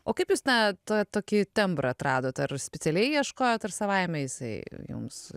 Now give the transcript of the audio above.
o kaip jūs na tą tokį tembrą atradot ar specialiai ieškojot ar savaime jisai jums